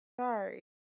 Sorry